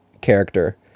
character